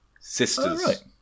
sister's